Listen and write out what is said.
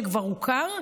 שכבר הוכר,